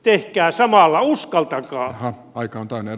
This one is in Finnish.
tehkää samalla uskaltakaa